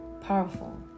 powerful